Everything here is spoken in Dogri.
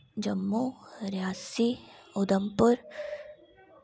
जम्मू रेआसी उधमपुर